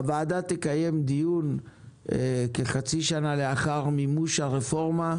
הוועדה תקיים דיון כחצי שנה לאחר מימוש הרפורמה,